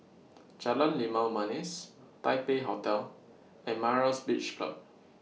Jalan Limau Manis Taipei Hotel and Myra's Beach Club